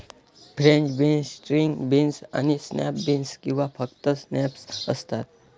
French beans, string beans आणि snap beans किंवा फक्त स्नॅप्स असतात